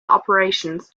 operations